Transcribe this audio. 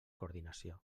coordinació